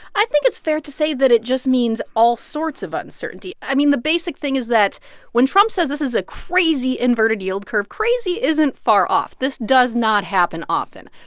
i think it's fair to say that it just means all sorts of uncertainty. i mean, the basic thing is that when trump says this is a crazy inverted yield curve, crazy isn't far off. this does not happen often,